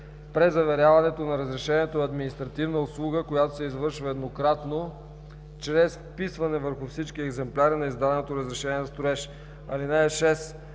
Презаверяването на разрешението е административна услуга, която се извършва еднократно чрез вписване върху всички екземпляри на издаденото разрешение за строеж. (6)